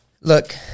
Look